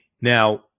Now